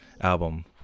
album